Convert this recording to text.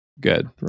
Good